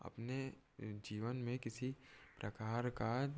अपने जीवन में किसी प्रकार का